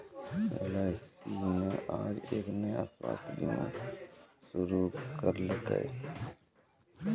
LIC न आज एक नया स्वास्थ्य बीमा शुरू करैलकै